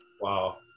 Wow